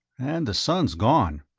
and the sun's gone.